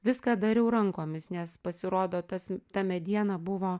viską dariau rankomis nes pasirodo tas ta mediena buvo